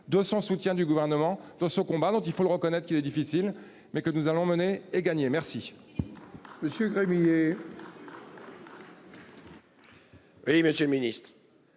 de son soutien du gouvernement dans ce combat, dont il faut le reconnaître qu'il est difficile mais que nous allons mener et gagner. Merci.